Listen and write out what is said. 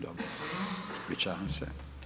Dobro, ispričavam se.